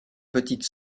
petite